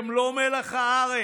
הם לא מלח הארץ,